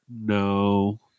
No